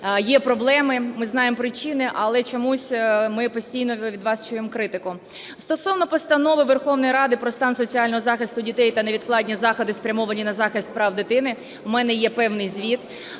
Є проблеми, ми знаємо причини, але чомусь ми постійно від час чуємо критику. Стосовно Постанови Верховної Ради про стан соціального захисту дітей та невідкладні заходи, спрямовані на захист прав дитини, в мене є певний звіт.